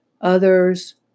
Others